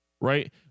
right